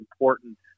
important